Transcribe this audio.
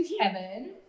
Kevin